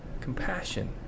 compassion